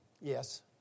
Yes